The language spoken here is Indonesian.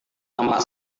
tampak